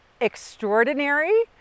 extraordinary